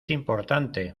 importante